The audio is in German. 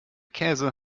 käse